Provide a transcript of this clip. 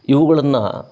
ಇವ್ಗಳನ್ನು